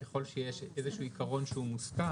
וככל שיש איזה שהוא עיקרון שהוא מוסכם,